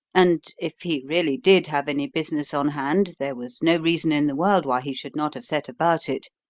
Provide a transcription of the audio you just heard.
and, if he really did have any business on hand, there was no reason in the world why he should not have set about it,